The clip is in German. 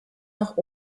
nach